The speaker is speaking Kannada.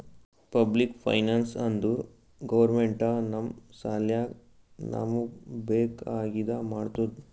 ಪಬ್ಲಿಕ್ ಫೈನಾನ್ಸ್ ಅಂದುರ್ ಗೌರ್ಮೆಂಟ ನಮ್ ಸಲ್ಯಾಕ್ ನಮೂಗ್ ಬೇಕ್ ಆಗಿದ ಮಾಡ್ತುದ್